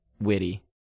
witty